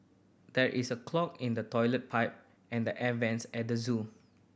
there is a clog in the toilet pipe and the air vents at the zoo